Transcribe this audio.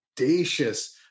audacious